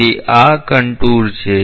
તેથી આ કન્ટુર છે